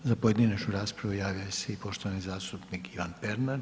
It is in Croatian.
Za pojedinačnu raspravu javio se i poštovani zastupnik Ivan Pernar.